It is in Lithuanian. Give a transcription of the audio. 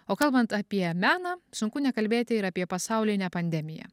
o kalbant apie meną sunku nekalbėti ir apie pasaulinę pandemiją